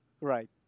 Right